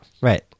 Right